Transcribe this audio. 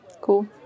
cool